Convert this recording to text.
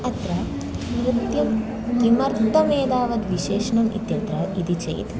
अत्र नृत्यं किमर्थमेतावत् विशेषणम् इत्यत्र इति चेत्